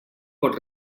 pot